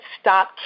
stop